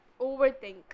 overthink